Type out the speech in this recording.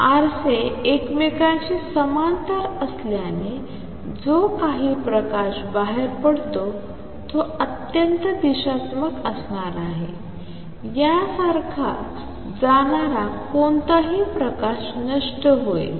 आरसे एकमेकांशी समांतर असल्याने जो काही प्रकाश बाहेर पडतो तो अत्यंत दिशात्मक असणार आहे यासारखा जाणारा कोणताही प्रकाश नष्ट होईल